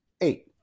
eight